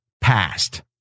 past